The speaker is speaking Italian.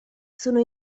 sono